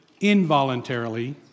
involuntarily